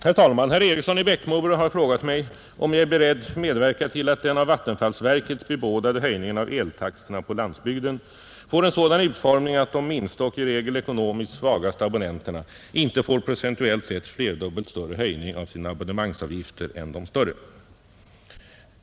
Herr talman! Herr Eriksson i Bäckmora har frågat mig om jag är beredd medverka till att den av vattenfallsverket bebådade höjningen av eltaxorna på landsbygden får en sådan utformning att de minsta och i regel ekonomiskt svagaste abonnenterna inte får procentuellt sett flerdubbelt större höjning av sina abonnemangsavgifter än de större.